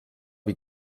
wie